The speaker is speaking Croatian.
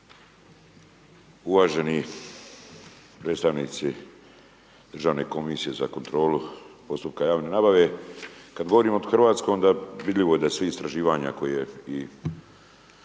Uvaženi predstavnici Državne komisije za kontrolu postupka javne nabave, kad govorimo o Hrvatskoj, onda je vidljivo da sva istraživanja koje je